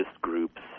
groups